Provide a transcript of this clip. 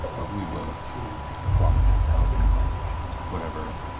but we will probably tell them that whatever.